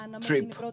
trip